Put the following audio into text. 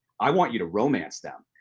i want you to romance them.